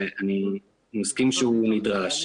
שאני מסכים שהוא נדרש.